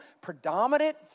predominant